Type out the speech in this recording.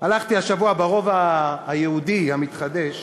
הלכתי השבוע ברובע היהודי המתחדש,